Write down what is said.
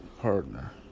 partner